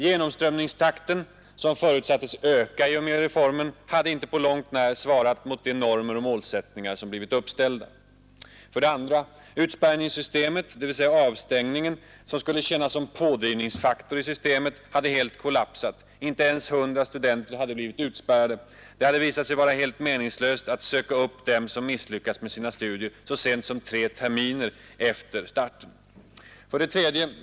Genomströmningstakten, som förutsättes öka i och med reformen, hade inte på långt när svarat mot de normer och målsättningar som blivit uppställda. 2. Utspärrningssystemet — dvs. avstängningen — som skulle tjäna som pådrivningsfaktor i systemet hade helt kollapsat. Inte ens hundra studenter hade blivit utspärrade. Det hade visat sig vara helt meningslöst att söka upp dem som misslyckats med sina studier så sent som tre terminer efter starten. 3.